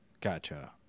Gotcha